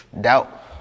Doubt